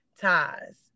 ties